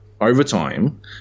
overtime